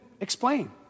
explain